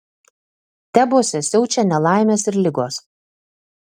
tebuose siaučia nelaimės ir ligos